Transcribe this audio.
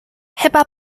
chyba